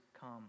come